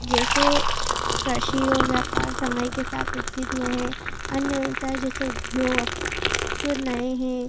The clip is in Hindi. जैसे कृषि और व्यापार समय के साथ विकसित हुए हैं अन्य व्यवसाय जैसे उद्योगक नए हैं